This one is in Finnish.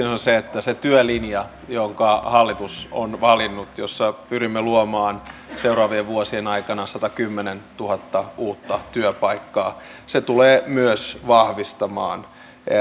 on se että se työlinja jonka hallitus on valinnut jossa pyrimme luomaan seuraavien vuosien aikana satakymmentätuhatta uutta työpaikkaa tulee myös vahvistamaan